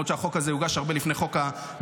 למרות שהחוק הזה הוגש הרבה לפני חוק המעונות,